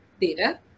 data